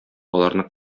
аларны